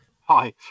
Hi